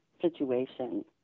situation